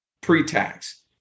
pre-tax